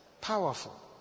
Powerful